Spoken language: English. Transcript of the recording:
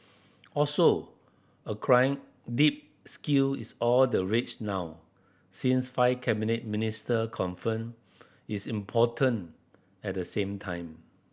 also acquiring deep skill is all the rage now since five cabinet minister confirmed its important at the same time